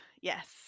Yes